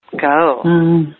Go